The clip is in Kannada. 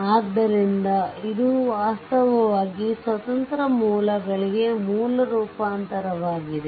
ಆದ್ದರಿಂದ ಇದು ವಾಸ್ತವವಾಗಿ ಸ್ವತಂತ್ರ ಮೂಲಗಳಿಗೆ ಮೂಲ ರೂಪಾಂತರವಾಗಿದೆ